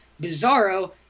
Bizarro